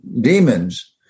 demons